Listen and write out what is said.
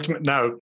now